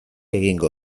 egingo